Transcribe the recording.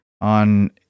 on